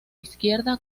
izquierda